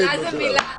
כי מילה זו מילה.